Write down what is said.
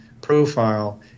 profile